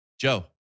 Joe